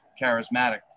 charismatic